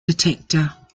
detector